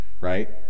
right